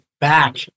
back